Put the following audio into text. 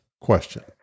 question